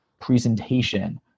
presentation